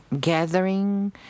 gathering